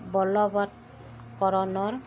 বলবতকৰণৰ